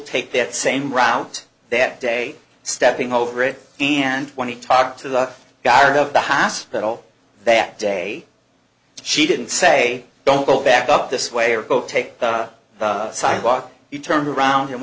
take that same route that day stepping over it and when he talked to the guard of the hospital that day she didn't say don't go back up this way or go take the sidewalk you turned around and